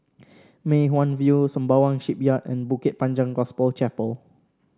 Mei Hwan View Sembawang Shipyard and Bukit Panjang Gospel Chapel